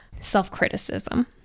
self-criticism